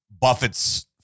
Buffett's